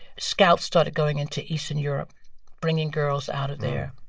scouts started going into eastern europe bringing girls out of there.